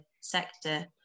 sector